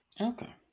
Okay